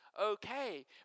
okay